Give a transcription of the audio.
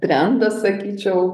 trendas sakyčiau